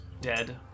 dead